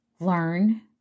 learn